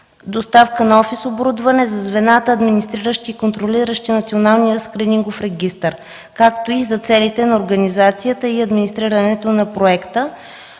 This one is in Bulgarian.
доставка на офис оборудване за звената, администриращи и контролиращи Националния скринингов регистър, както и за целите на организацията и администрирането на проекта.